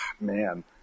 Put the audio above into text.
man